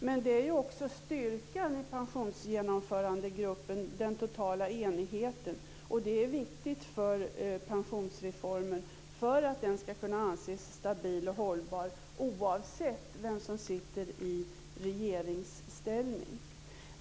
Den totala enigheten är just styrkan i Pensionsgenomförandegruppen. Detta är viktigt för att pensionsreformen skall kunna anses stabil och hållbar, oavsett vem som är i regeringsställning.